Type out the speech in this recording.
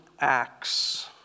Acts